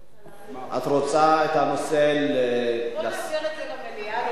את רוצה את הנושא, בוא נעביר את זה למליאה.